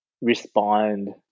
respond